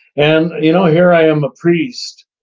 and you know, here i am a priest,